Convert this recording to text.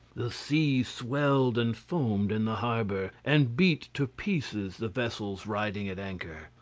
the sea swelled and foamed in the harbour, and beat to pieces the vessels riding at anchor.